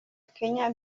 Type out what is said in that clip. kenya